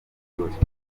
itorero